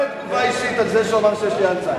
אני רוצה תגובה אישית על זה שהוא אמר שיש לי אלצהיימר.